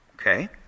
Okay